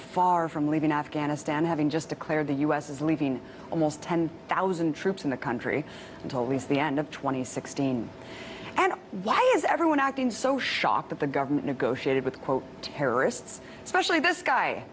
far from leaving afghanistan having just declared the us is leaving almost ten thousand troops in the country until these the end of twenty sixteen and why is everyone acting so shocked that the government negotiated with quote terrorists especially this guy